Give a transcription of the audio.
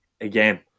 again